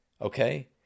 Okay